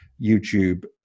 YouTube